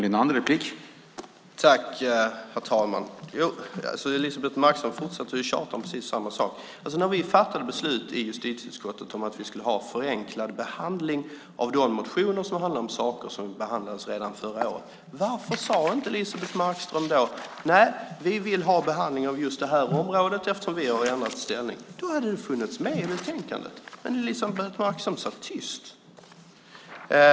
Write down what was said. Herr talman! Elisebeht Markström fortsätter att tjata om precis samma sak. När vi fattade beslut i justitieutskottet om att vi skulle ha förenklad behandling av de motioner som handlar om saker som behandlades förra året, varför sade inte Elisebeht Markström då att de ville ha en behandling av just det här området eftersom de hade ändrat ställning? Då hade det ju funnits med i betänkandet. Men Elisebeht Markström satt tyst.